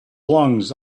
lungs